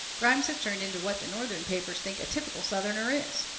grimes has turned into what the northern newspapers think a typical southerner is.